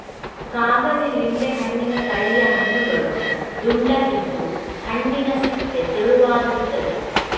ಕಾಗಜಿ ಲಿಂಬೆ ಹಣ್ಣಿನ ತಳಿಯ ಹಣ್ಣುಗಳು ದುಂಡಗಿದ್ದು, ಹಣ್ಣಿನ ಸಿಪ್ಪೆ ತೆಳುವಾಗಿರ್ತದೆ